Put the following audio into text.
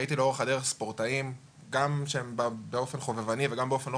אני ראיתי לאורך הדרך ספורטאים גם שהם באופן חובבני וגם באופן לא